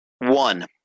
One